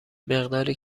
مقداری